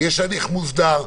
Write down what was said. יש הליך מוסדר.